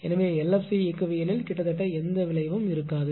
எனவே எல்எஃப்சி இயக்கவியலில் கிட்டத்தட்ட எந்த விளைவும் இருக்காது